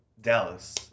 Dallas